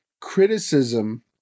criticism